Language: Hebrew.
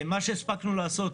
מה שהספקנו לעשות